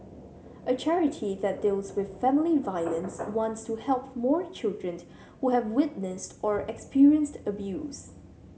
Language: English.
a charity that deals with family violence wants to help more children who have witnessed or experienced abuse